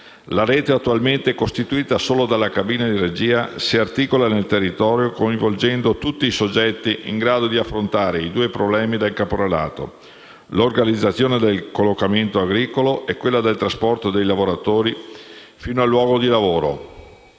La Rete, attualmente costituita solo dalla cabina di regia, si articola nel territorio coinvolgendo tutti i soggetti in grado di affrontare i due problemi del caporalato: l'organizzazione del collocamento agricolo e quella del trasporto dei lavoratori fino al luogo di lavoro.